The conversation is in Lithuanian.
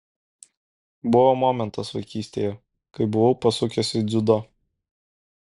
buvo momentas vaikystėje kai buvau pasukęs į dziudo